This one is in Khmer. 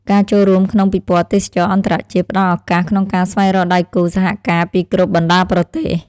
ការចូលរួមក្នុងពិព័រណ៍ទេសចរណ៍អន្តរជាតិផ្តល់ឱកាសក្នុងការស្វែងរកដៃគូសហការពីគ្រប់បណ្តាប្រទេស។